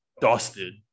dusted